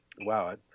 wow